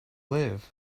live